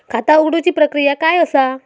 खाता उघडुची प्रक्रिया काय असा?